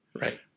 Right